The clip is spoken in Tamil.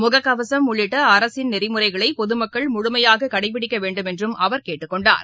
முகக்கவசம் உள்ளிட்டஅரசின் நெறிமுறைகளைபொதுமக்கள் முழுமையாககடைபிடிக்கவேண்டும் என்றும் அவர் கேட்டுக்கொண்டார்